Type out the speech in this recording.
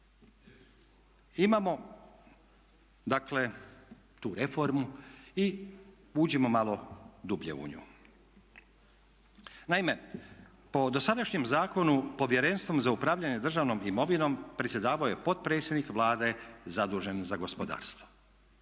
dakle tu reformu i uđimo malo dublje u nju. Naime, po dosadašnjem zakonu Povjerenstvom za upravljanje državnom imovinom predsjedavao je potpredsjednik Vlade zadužen za gospodarstvo.